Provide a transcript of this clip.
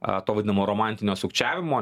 a to vadinamo romantinio sukčiavimo